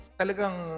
talagang